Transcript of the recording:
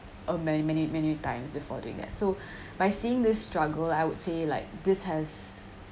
uh many many many times before doing it so by seeing this struggle I would say like this has